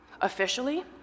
Officially